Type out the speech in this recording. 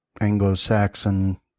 anglo-saxon